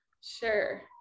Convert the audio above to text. sure